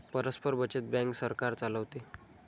परस्पर बचत बँक सरकार चालवते